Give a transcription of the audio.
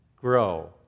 Grow